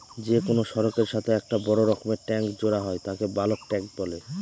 যে কোনো সড়কের সাথে একটা বড় রকমের ট্যাংক জোড়া হয় তাকে বালক ট্যাঁক বলে